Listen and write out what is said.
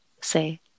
say